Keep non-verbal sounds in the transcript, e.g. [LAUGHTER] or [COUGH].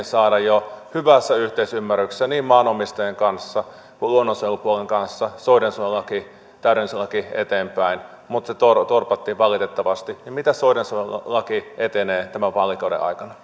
[UNINTELLIGIBLE] saada jo hyvässä yhteisymmärryksessä niin maanomistajien kanssa kuin luonnonsuojelupuolen kanssa eteenpäin soidensuojelulaki täydennyslaki mutta se torpattiin valitettavasti niin miten soidensuojelulaki etenee tämän vaalikauden aikana [UNINTELLIGIBLE]